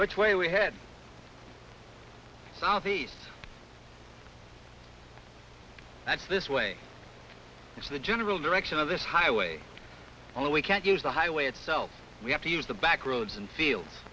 which way we head south east that's this way it's the general direction of this highway all we can't use the highway itself we have to use the back roads and fields